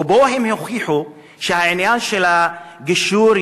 ובו הם הוכיחו שהעניין של הגישור,